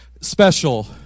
special